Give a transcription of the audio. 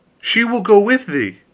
she will go with thee.